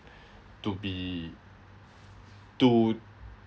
to be to